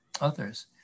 others